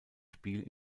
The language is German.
spiel